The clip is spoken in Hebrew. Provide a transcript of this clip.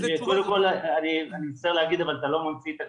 קודם כל אני מצטער להגיד אבל אתה לא ממציא את הגלגל.